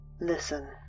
Listen